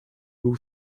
był